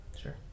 Sure